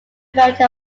variety